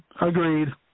Agreed